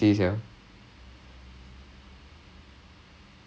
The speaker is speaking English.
he's like thirty six thirty seven